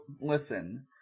Listen